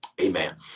Amen